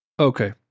Okay